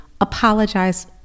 Apologize